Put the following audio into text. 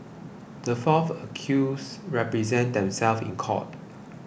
the fourth accused represented themselves in court